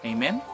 Amen